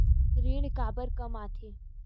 ऋण काबर कम आथे?